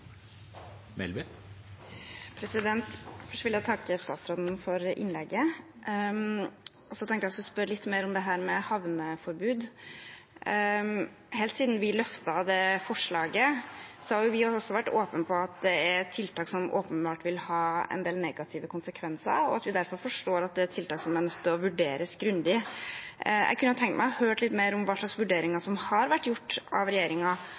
Først vil jeg takke statsråden for innlegget. Så tenkte jeg jeg skulle spørre litt mer om dette med havneforbud. Helt siden vi løftet det forslaget, har jo vi også vært åpne om at det er et tiltak som åpenbart vil ha en del negative konsekvenser, og at vi derfor forstår at det er et tiltak som er nødt til å vurderes grundig. Jeg kunne tenke meg å høre litt mer om hvilke vurderinger som har blitt gjort av